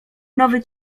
nowy